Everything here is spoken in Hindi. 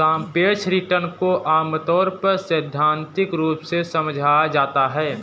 सापेक्ष रिटर्न को आमतौर पर सैद्धान्तिक रूप से समझाया जाता है